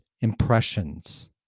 impressions